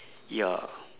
ya